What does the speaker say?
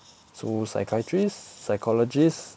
so psychiatrist psychologist